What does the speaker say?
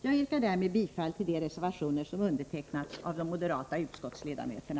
Jag yrkar därmed bifall till de reservationer som avgivits av de moderata utskottsledamöterna.